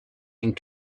and